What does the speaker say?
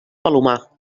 palomar